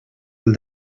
del